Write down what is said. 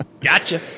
Gotcha